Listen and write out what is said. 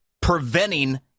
preventing